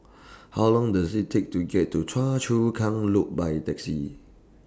How Long Does IT Take to get to Choa Chu Kang Loop By Taxi